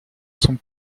sont